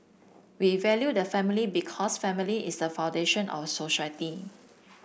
we value the family because family is the foundation of society